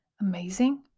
amazing